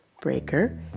Breaker